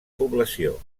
població